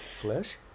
Flesh